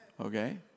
okay